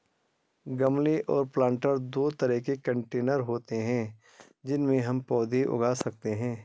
गमले और प्लांटर दो तरह के कंटेनर होते है जिनमें हम पौधे उगा सकते है